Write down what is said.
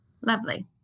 Lovely